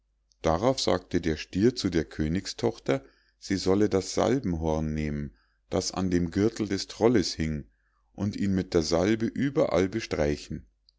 darauf sagte der stier zu der königstochter sie solle das salbenhorn nehmen das an dem gürtel des trollen hing und ihn mit der salbe überall bestreichen